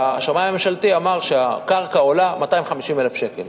שהשמאי הממשלתי אמר שהקרקע עולה 250,000 שקל,